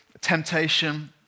temptation